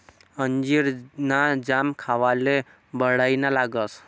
अंजीर ना जाम खावाले बढाईना लागस